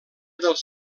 dels